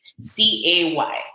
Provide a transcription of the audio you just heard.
c-a-y